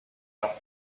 not